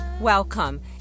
Welcome